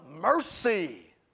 mercy